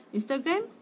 Instagram